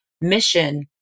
mission